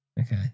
okay